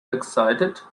excited